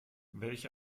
welch